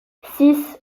six